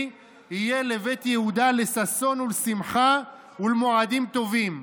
יהיה לבית יהודה לששון ולשמחה ולמעדים טובים".